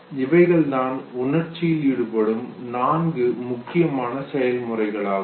இவைகள்தான் உணர்ச்சியில் ஈடுபடும் நான்கு முக்கியமான செயல் முறைகளாகும்